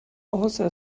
also